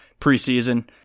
preseason